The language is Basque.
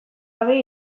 gabe